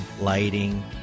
lighting